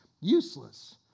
useless